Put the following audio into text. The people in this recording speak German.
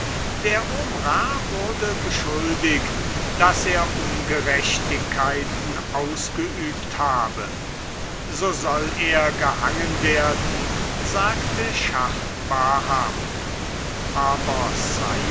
der omrah wurde beschuldigt daß er ungerechtigkeit ausgeübt habe so soll er gehangen werden sagte schah baham aber